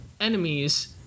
Enemies